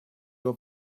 your